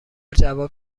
جواب